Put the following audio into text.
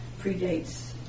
predates